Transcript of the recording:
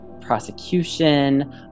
prosecution